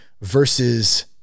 versus